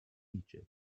egypt